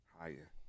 Higher